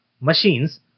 machines